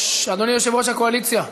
אדוני יושב-ראש הקואליציה.